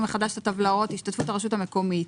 מחדש את טבלאות השתתפות הרשות המקומית.